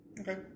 Okay